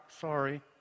sorry